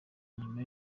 nyuma